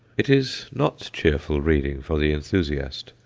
it is not cheerful reading for the enthusiast.